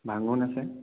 ভাঙোন আছে